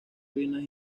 ruinas